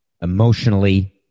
emotionally